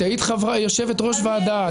את היית יושבת-ראש ועדה,